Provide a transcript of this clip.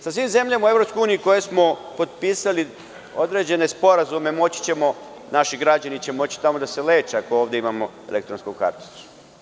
Sa svim zemljama u EU sa kojima smo potpisali određene sporazume, moći će naši građani tamo da se leče ako ovde imamo elektronsku karticu.